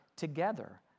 together